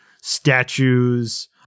statues